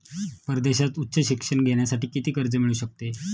परदेशात उच्च शिक्षण घेण्यासाठी किती कर्ज मिळू शकते?